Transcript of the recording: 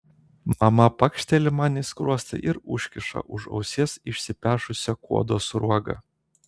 mama pakšteli man į skruostą ir užkiša už ausies išsipešusią kuodo sruogą